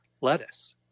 lettuce